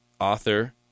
author—